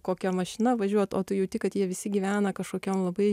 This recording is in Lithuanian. kokia mašina važiuot o tu jauti kad jie visi gyvena kažkokiam labai